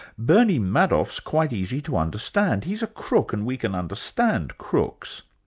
bernie madoff's quite easy to understand. he's a crook and we can understand crooks.